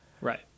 Right